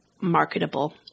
marketable